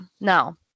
now